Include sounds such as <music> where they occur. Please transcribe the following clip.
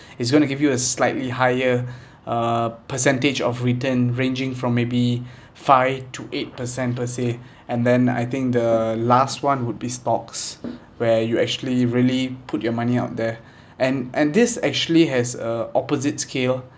is going to give you a slightly higher <breath> uh percentage of return ranging from maybe <breath> five to eight per cent per se and then I think the last one would be stocks where you actually really put your money out there <breath> and and this actually has a opposite scale